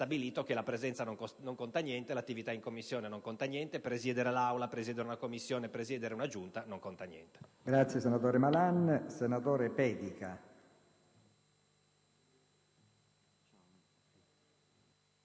stabilito che la presenza non conta niente, l'attività in Commissione non conta niente, presiedere l'Aula, una Commissione o una Giunta non conta niente.